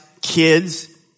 kids